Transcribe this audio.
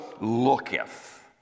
looketh